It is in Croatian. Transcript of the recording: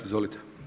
Izvolite.